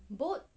boat